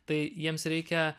tai jiems reikia